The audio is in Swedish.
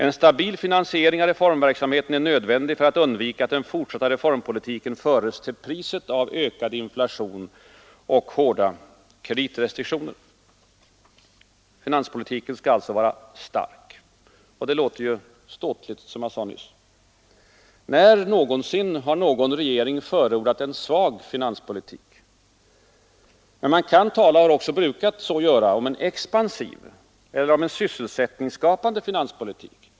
En stabil finansiering av reformverksamheten är nödvändig för att undvika att den fortsatta reformpolitiken föres till priset av ökad inflation och hårda kreditrestriktioner.” Finanspolitiken skall alltså vara ”stark”, och det låter ju ståtligt. När har någonsin någon regering förordat en ”svag” finanspolitik? Man kan tala, och har också brukat så göra, om en ”expansiv” eller om en ”sysselsättningsskapande” finanspolitik.